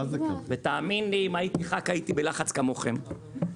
אנחנו סבורים שזה צריך להימחק.